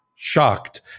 shocked